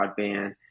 broadband